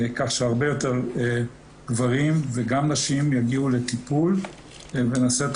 כך שהרבה יותר גברים וגם נשים יגיעו לטיפול ונעשה את